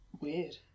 weird